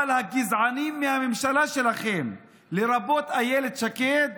אבל הגזענים מהמפלגה שלכם, לרבות אילת שקד,